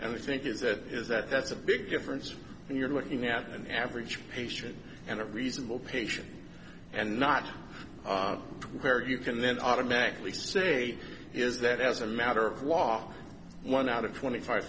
and they think is that is that that's a big difference and you're looking at an average patient and a reasonable patient and not very you can then automatically say is that as a matter of law one out of twenty five